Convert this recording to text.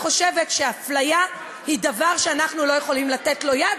אני רק חושבת שאפליה היא דבר שאנחנו לא יכולים לתת לו יד,